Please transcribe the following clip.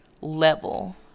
level